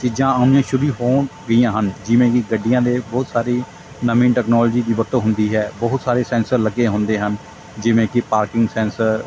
ਚੀਜ਼ਾਂ ਆਉਣੀਆਂ ਸ਼ੁਰੂ ਹੋ ਗਈਆਂ ਹਨ ਜਿਵੇਂ ਕਿ ਗੱਡੀਆਂ ਦੇ ਬਹੁਤ ਸਾਰੀ ਨਵੀਂ ਟੈਕਨੋਲਜੀ ਦੀ ਵਰਤੋਂ ਹੁੰਦੀ ਹੈ ਬਹੁਤ ਸਾਰੇ ਸੈਂਸਰ ਲੱਗੇ ਹੁੰਦੇ ਹਨ ਜਿਵੇਂ ਕਿ ਪਾਰਕਿੰਗ ਸੈਂਸਰ